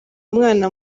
umwana